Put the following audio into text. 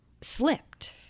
slipped